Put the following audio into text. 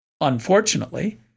Unfortunately